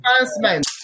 advancement